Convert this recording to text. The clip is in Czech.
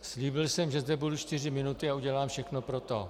Slíbil jsem, že zde budu čtyři minuty, a udělám všechno pro to.